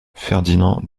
ferdinand